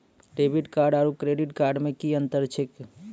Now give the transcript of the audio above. Debit card आरू credit card मे कि अन्तर छैक?